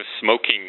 smoking